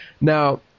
Now